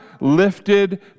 lifted